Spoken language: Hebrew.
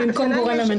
במקום "גורם ממנה".